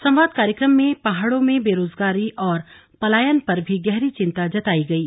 संवाद कार्यक्रम में पहाड़ों में बेराजगारी और पलायन पर भी गहरी चिंता जताई गयी